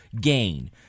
gain-